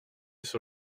sur